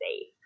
safe